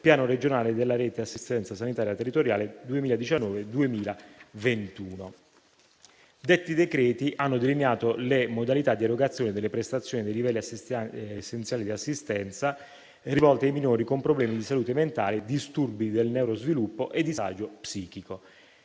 piano regionale della rete di assistenza sanitaria territoriale 2019-2021. Detti decreti hanno delineato le modalità di erogazione delle prestazioni dei livelli essenziali di assistenza rivolte ai minori con problemi di salute mentale, disturbi del neurosviluppo e disagio psichico.